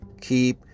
keep